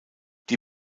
die